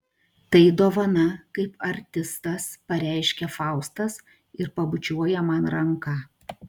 tai dovana kaip artistas pareiškia faustas ir pabučiuoja man ranką